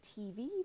TV